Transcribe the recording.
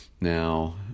Now